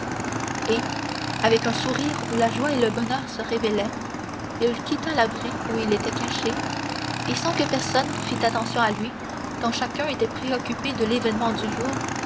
et avec un sourire où la joie et le bonheur se révélaient il quitta l'abri où il était caché et sans que personne fît attention à lui tant chacun était préoccupé de l'événement du jour